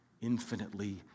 infinitely